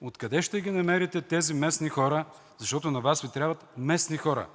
Откъде ще ги намерите тези местни хора, защото на Вас Ви трябват местни хора?